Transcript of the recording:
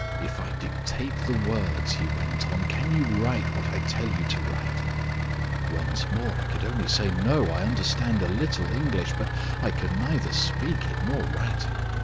if i dictate the words he went on, can you write what i tell you to write once more i could only say no i understand a little english, but i can neither speak it nor write it.